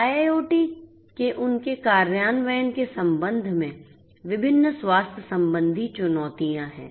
IIoT के उनके कार्यान्वयन के संबंध में विभिन्न स्वास्थ्य संबंधी चुनौतियाँ हैं